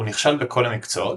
הוא נכשל בכל המקצועות,